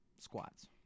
squats